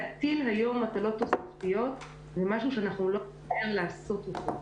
להטיל היום מטלות תוספתיות הוא משהו שאנחנו לא נוכל לעשות אותו,